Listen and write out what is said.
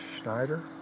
Schneider